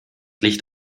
licht